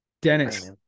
Dennis